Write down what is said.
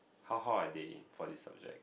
how how are they in for this subject